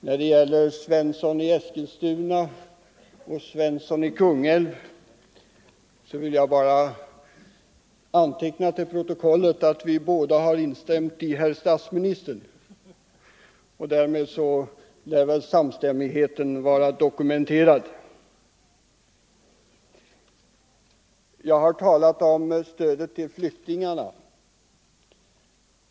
När det gäller Svensson i Eskilstuna och Svensson i Kungälv vill jag bara anteckna till protokollet att vi båda har instämt med herr statsministern, och därmed lär väl samstämmigheten vara dokumenterad. Jag har talat om stödet till flyktingarna.